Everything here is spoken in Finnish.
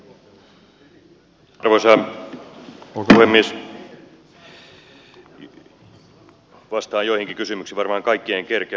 vastaan joihinkin kysymyksiin varmaan kaikkiin en kerkeä